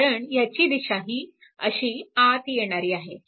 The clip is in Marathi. कारण ह्याची दिशा ही अशी आत येणारी आहे